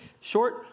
short